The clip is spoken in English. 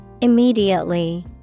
Immediately